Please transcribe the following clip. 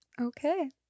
Okay